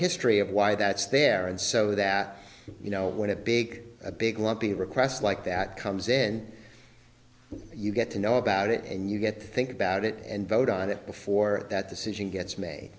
history of why that's there and so that you know when a big a big lumping requests like that comes then you get to know about it and you get think about it and vote on it before that decision gets ma